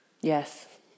Yes